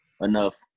enough